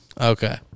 Okay